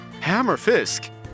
Hammerfisk